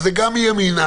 זה גם מימינה,